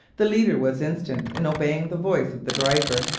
the leader was instant in obeying the voice of the driver,